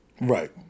Right